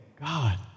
God